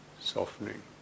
softening